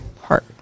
heart